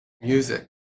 music